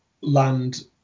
land